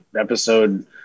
episode